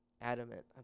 Adamant